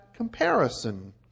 comparison